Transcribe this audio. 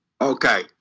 Okay